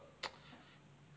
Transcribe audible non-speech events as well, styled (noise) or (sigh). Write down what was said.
(noise)